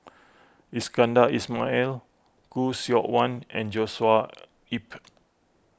Iskandar Ismail Khoo Seok Wan and Joshua Ip